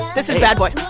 this is bad boy.